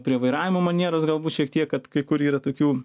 prie vairavimo manieros galbūt šiek tiek kad kai kur yra tokių